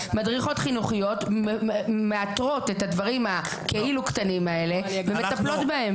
מדריכות חינוכיות מאתרות את הדברים הכאילו קטנים כאלה ומטפלות בהן.